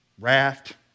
raft